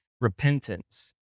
repentance